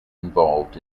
involved